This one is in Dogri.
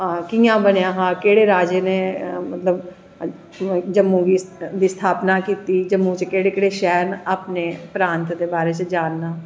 कियां बनेआं हा केह्ड़े राज़े नै मतलव जम्मू दी स्थापना कीती जम्मू च केह्ड़े केह्ड़े शैह्र न अपनें प्रात दे बारे च जाननां